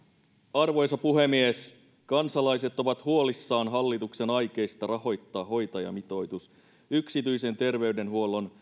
arvoisa puhemies kansalaiset ovat huolissaan hallituksen aikeista rahoittaa hoitajamitoitus yksityisen terveydenhuollon